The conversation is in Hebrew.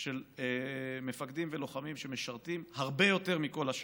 של מפקדים ולוחמים שמשרתים הרבה יותר מכל השאר.